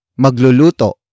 Magluluto